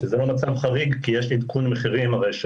שזה לא מצב חריג כי יש עדכון מחירים הרי,